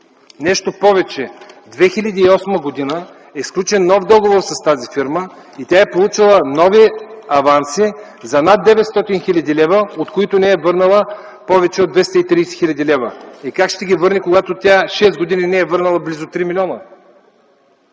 Нещо повече, през 2008 г. е сключен нов договор с тази фирма и тя е получила нови аванси за над 900 хил. лв., от които не е върнала повече от 230 хил. лв. Как ще ги върне, когато тя шест години не е върнала близо 3 милиона?